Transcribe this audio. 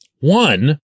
One